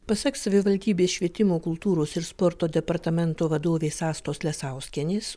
pasak savivaldybės švietimo kultūros ir sporto departamento vadovės astos lesauskienės